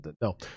no